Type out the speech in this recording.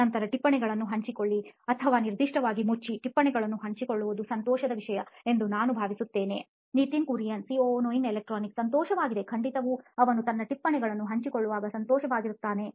ನಂತರ ಟಿಪ್ಪಣಿಗಳನ್ನು ಹಂಚಿಕೊಳ್ಳಿ ಅಥವಾ ನಿರ್ದಿಷ್ಟವಾಗಿ ಮುಚ್ಚಿ ಟಿಪ್ಪಣಿಗಳನ್ನು ಹಂಚಿಕೊಳ್ಳುವುದು ಸಂತೋಷದ ವಿಷಯ ಎಂದು ನಾನು ಭಾವಿಸುತ್ತೇನೆ ನಿತಿನ್ ಕುರಿಯನ್ ಸಿಒಒ ನೋಯಿನ್ ಎಲೆಕ್ಟ್ರಾನಿಕ್ಸ್ ಸಂತೋಷವಾಗಿದೆ ಖಂಡಿತವಾಗಿಯೂ ಅವನು ತನ್ನ ಟಿಪ್ಪಣಿಗಳನ್ನು ಹಂಚಿಕೊಳ್ಳುವಾಗ ಸಂತೋಷವಾಗಿರುತ್ತಾನೆ